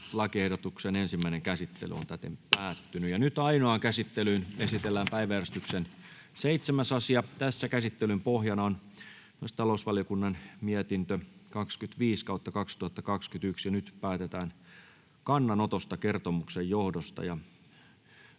lakiehdotuksen. Ja tämä mietintö on yksimielinen. — Kiitos. Ainoaan käsittelyyn esitellään päiväjärjestyksen 7. asia. Käsittelyn pohjana on talousvaliokunnan mietintö TaVM 25/2021 vp. Nyt päätetään kannanotosta kertomuksen johdosta.